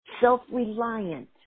self-reliant